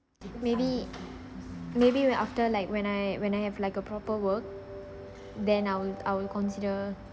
maybe maybe when after like when I when I have like a proper work then I will I will consider